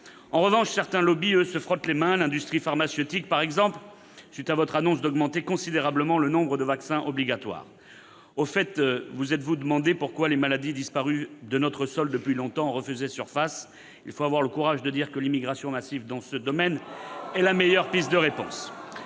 En revanche, certains lobbys se frottent les mains, l'industrie pharmaceutique, par exemple, après que vous avez annoncé l'augmentation considérable du nombre de vaccins obligatoires. Au fait, vous êtes-vous demandé pourquoi des maladies disparues de notre sol depuis longtemps refaisaient surface ? Il faut avoir le courage de dire que l'immigration massive est la meilleure piste de réponse